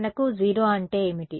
మనకు 0 అంటే ఏమిటి